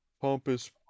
pompous